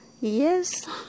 Yes